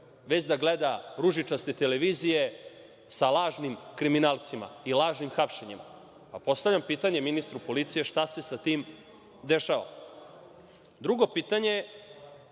već da gleda ružičaste televizije sa lažnim kriminalcima i lažnim hapšenjem. Postavljam pitanje ministru policije, šta se sa tim dešava? Drugo pitanje,